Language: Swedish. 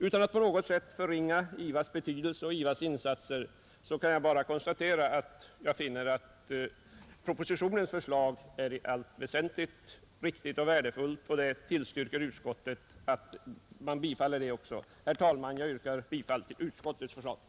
Utan att på något sätt förringa IVA:s betydelse och insatser konstaterar jag att propositionens förslag är i allt väsentligt riktigt och värdefullt, och utskottsmajoriteten föreslår att det förslaget bifalles. Fru talman! Jag yrkar bifall till utskottets hemställan.